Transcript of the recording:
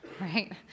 right